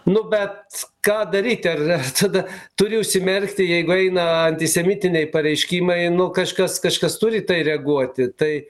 nu bet ką daryti ar ar tada turi užsimerkti jeigu eina antisemitiniai pareiškimai nu kažkas kažkas turi į tai reaguoti tai